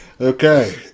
Okay